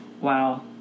wow